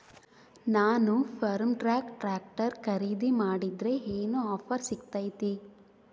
ನಾನು Farmtrac tractor ಖರೇದಿ ಮಾಡಿದ್ರೆ ಏನು ಆಫರ್ ಸಿಗ್ತೈತಿ?